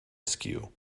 askew